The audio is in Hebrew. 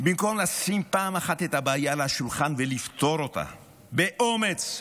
במקום לשים פעם אחת את הבעיה על השולחן ולפתור אותה באומץ,